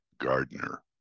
Gardner